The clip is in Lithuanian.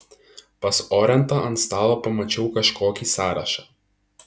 pas orentą ant stalo pamačiau kažkokį sąrašą